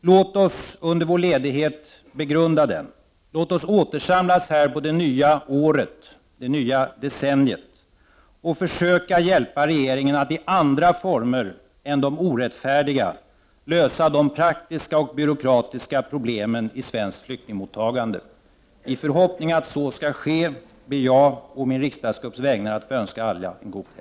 Låt oss under vår ledighet begrunda den. Låt oss återsamlas här på det nya året, det nya decenniet och försöka hjälpa regeringen att i andra former än de orättfärdiga lösa de praktiska och byråkratiska problemen i svenskt flyktingmottagande. I förhoppning om att så skall ske ber jag å min riksdagsgrupps vägnar att få önska alla en god helg.